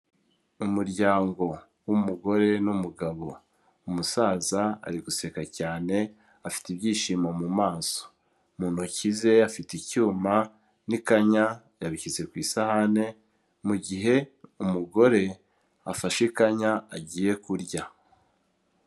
Umuryango w'umugore n'umugabo, umusaza ari guseka cyane afite ibyishimo mu maso, mu ntoki ze afite icyuma n'ikanya yabishyize ku isahane, mu gihe umugore afashe ikanya agiye kurya.